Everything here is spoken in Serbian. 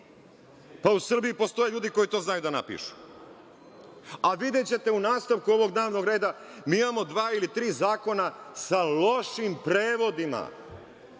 Pa, u Srbiji postoje ljudi koji to znaju da napišu. Videćete u nastavku ovog dnevnog reda, mi imamo dva ili tri zakona sa lošim prevodima.